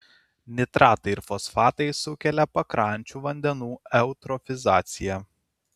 nitratai ir fosfatai sukelia pakrančių vandenų eutrofizaciją